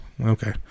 Okay